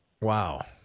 Wow